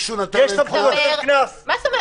אבל כאן לא,